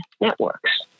networks